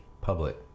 public